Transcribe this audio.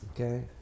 okay